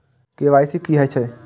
KYC की हे छे?